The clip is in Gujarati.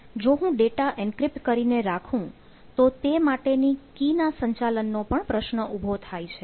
જો હું ડેટા એન્ક્રિપ્ટ કરીને રાખું તો તે માટેની કી ના સંચાલનનો પણ પ્રશ્ન ઊભો થાય છે